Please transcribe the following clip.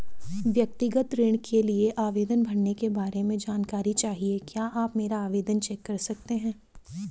व्यक्तिगत ऋण के लिए आवेदन भरने के बारे में जानकारी चाहिए क्या आप मेरा आवेदन चेक कर सकते हैं?